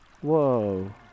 Whoa